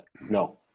No